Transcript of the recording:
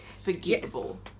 Forgivable